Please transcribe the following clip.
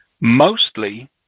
Mostly